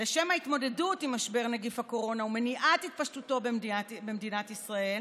"לשם ההתמודדות עם משבר נגיף הקורונה ומניעת התפשטותו במדינת ישראל,